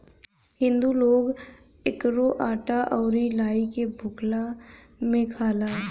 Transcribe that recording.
हिंदू लोग एकरो आटा अउरी लाई के भुखला में खाला